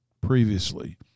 previously